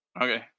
Okay